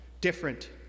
different